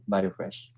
Biofresh